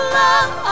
love